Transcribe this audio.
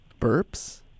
burps